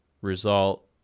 result